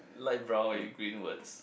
Light Brown with Green words